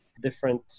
different